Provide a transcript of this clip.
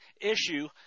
issue